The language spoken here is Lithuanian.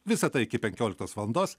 visą tai iki penkioliktos valandos